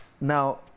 Now